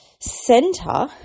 center